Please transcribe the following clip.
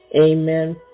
Amen